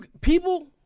people